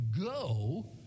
go